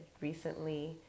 recently